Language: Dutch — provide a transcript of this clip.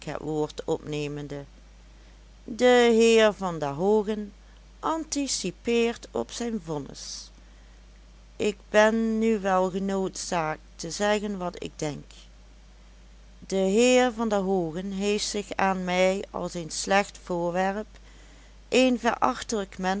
het woord opnemende de heer van der hoogen anticipeert op zijn vonnis ik ben nu wel genoodzaakt te zeggen wat ik denk de heer van der hoogen heeft zich aan mij als een slecht voorwerp een verachtelijk mensch